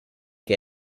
che